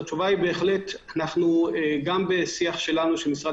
התשובה היא שגם בשיח שלנו במשרד